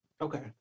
okay